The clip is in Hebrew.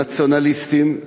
נציונליסטים אוקראינים.